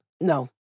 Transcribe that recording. No